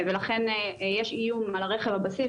ולכן יש איום על רכב הבסיס,